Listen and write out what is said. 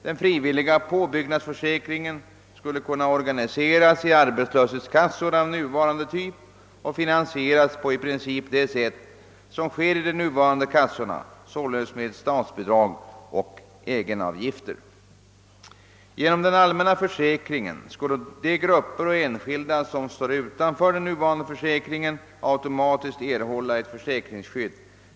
Den frivilliga påbyggnadsförsäkringen skulle kunna organiseras i arbetslöshetskassor av nuvarande typ och finansieras på i princip det sätt som sker i de nuvarande kassorna, således med statsbidrag och egenavgifter. Genom den allmänna försäkringen skulle de grupper och enskilda som står utanför den nuvarande försäkringen automatiskt erhålla ett försäkringsskydd.